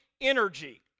energy